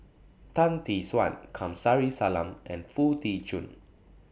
Tan Tee Suan Kamsari Salam and Foo Tee Jun